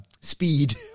Speed